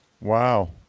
Wow